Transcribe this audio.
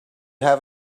have